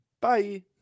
bye